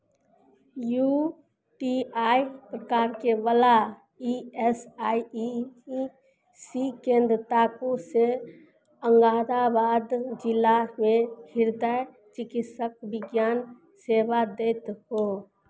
U T I प्रकारके वला E S I इ सी केन्द्र ताकू से औरङ्गादाबाद जिलामे हृदय चिकित्सक विज्ञान सेवा दैत हो